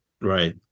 Right